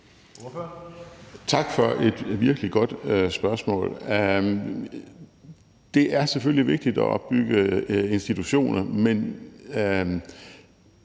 Tak for et virkelig godt spørgsmål. Det er selvfølgelig vigtigt at opbygge institutioner, men